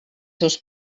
seus